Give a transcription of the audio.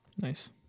Nice